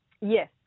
Yes